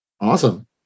awesome